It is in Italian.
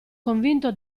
convinto